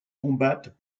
combattent